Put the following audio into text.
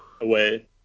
Away